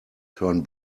turn